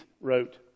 wrote